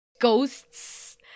ghosts